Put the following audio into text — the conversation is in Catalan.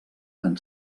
van